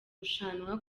gushwana